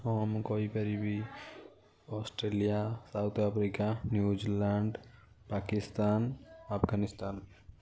ହଁ ମୁଁ କହିପାରିବି Australia South Africa New Zealand Pakistan Afghanistan